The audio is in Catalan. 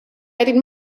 perit